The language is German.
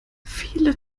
viele